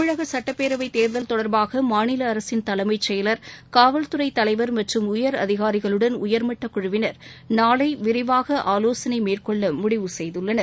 தமிழக சுட்டப்பேரவை தேர்தல் தொடர்பாக மாநில அரசின் தலைமைச் செயலர் காவல்துறை தலைவர் மற்றும் உயர் அதிகாரிகளுடன் உயர்மட்டக் குழுவினர் நாளை விரிவாக ஆவோசனை மேற்கொள்ள முடிவு செய்துள்ளனர்